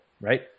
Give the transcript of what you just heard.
right